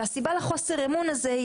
והסיבה לחוסר אמון הזה,